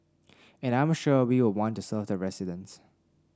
and I'm sure we'll want to serve the residents